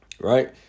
Right